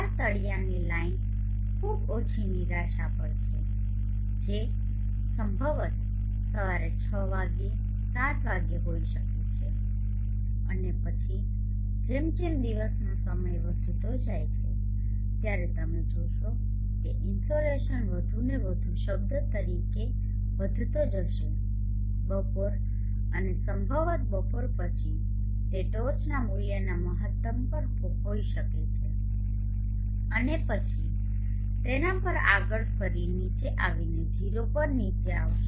આ તળિયાની લાઇન ખૂબ ઓછી નિરાશા પર છે જે સંભવત સવારે 6 વાગ્યે 7 વાગ્યે હોઈ શકે છે અને પછી જેમ જેમ દિવસનો સમય વધતો જાય છે ત્યારે તમે જોશો કે ઇનસોલેશન વધુને વધુ શબ્દો તરીકે વધતો જશે બપોર અને સંભવત બપોર પછી તે ટોચના મૂલ્યના મહત્તમ પર હોઇ શકે છે અને પછી તેના પર આગળ ફરી નીચે આવીને 0 પર નીચે આવશે